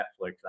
Netflix